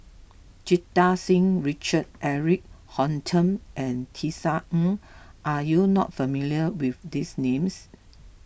Jita Singh Richard Eric Holttum and Tisa Ng are you not familiar with these names